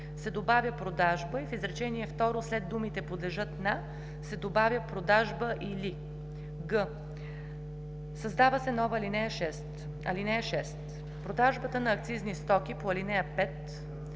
се добавя „продажба“ и в изречение второ след думите „подлежат на“ се добавя „продажба или“; г) създава се нова ал. 6: „(6) Продажбата на акцизни стоки по ал. 5 се